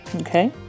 okay